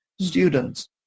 students